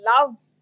love